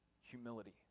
humility